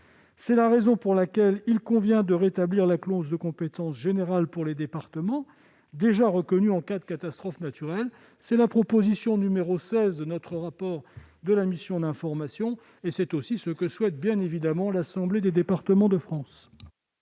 C'est la raison pour laquelle il convient de rétablir la clause de compétence générale pour les départements, déjà reconnue en cas de catastrophe naturelle. C'est la proposition n° 16 du rapport de la mission d'information, et c'est aussi ce que demande l'Assemblée des départements de France.